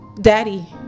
Daddy